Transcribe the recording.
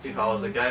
mm